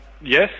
Yes